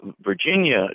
Virginia